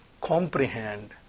comprehend